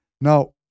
Now